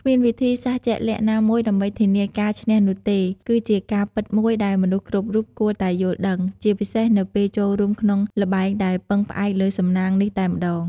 គ្មានវិធីសាស្រ្តជាក់លាក់ណាមួយដើម្បីធានាការឈ្នះនោះទេ គឺជាការពិតមួយដែលមនុស្សគ្រប់រូបគួរតែយល់ដឹង ជាពិសេសនៅពេលចូលរួមក្នុងល្បែងដែលពឹងផ្អែកលើសំណាងនេះតែម្តង។